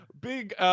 Big